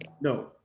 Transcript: no